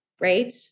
Right